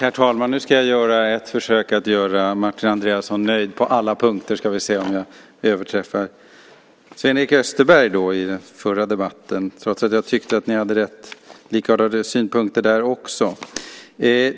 Fru talman! Nu ska jag göra ett försök att göra Martin Andreasson nöjd på alla punkter, så får vi se om jag överträffar Sven-Erik Österberg i den förra debatten - även om jag tyckte att ni hade rätt likartade synpunkter där också.